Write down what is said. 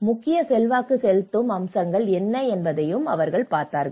முக்கிய செல்வாக்கு செலுத்தும் அம்சங்கள் என்ன என்பதையும் அவர்கள் பார்த்தார்கள்